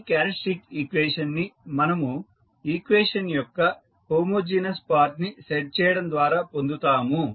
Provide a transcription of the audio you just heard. ఈ characteristic equation ని మనము ఈక్వేషన్ యొక్క హోమోజీనస్ పార్ట్ ని సెట్ చేయడం ద్వారా పొందుతాము